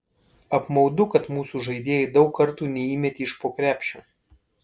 apmaudu kad mūsų žaidėjai daug kartų neįmetė iš po krepšio